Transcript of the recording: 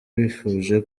bifuje